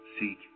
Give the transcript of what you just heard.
seek